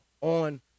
on